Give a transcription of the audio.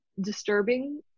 disturbing